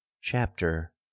chapter